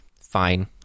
fine